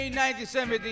1970